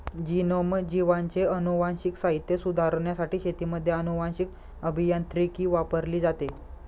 genome, जीवांचे अनुवांशिक साहित्य सुधारण्यासाठी शेतीमध्ये अनुवांशीक अभियांत्रिकी वापरली जाते